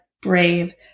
brave